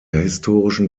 historischen